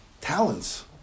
talents